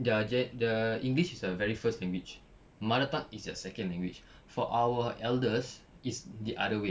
their gen~ the english is a very first language mother tongue is their second language for our elders it's the other way